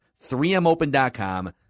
3mopen.com